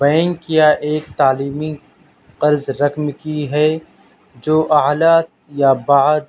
bank یا ایک تعلیمی قرض رقم کی ہے جو اعلیٰ یا بعد